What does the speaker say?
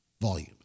volume